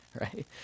right